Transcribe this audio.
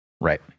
Right